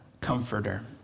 comforter